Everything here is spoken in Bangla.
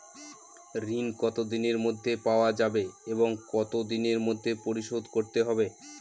ঋণ কতদিনের মধ্যে পাওয়া যাবে এবং কত দিনের মধ্যে পরিশোধ করতে হবে?